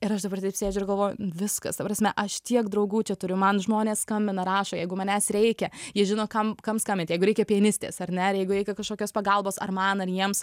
ir aš dabar taip sėdžiu ir galvoju viskas ta prasme aš tiek draugų čia turiu man žmonės skambina rašo jeigu manęs reikia jie žino kam kam skambint jeigu reikia pianistės ar ne jeigu reikia kažkokios pagalbos ar man ar jiems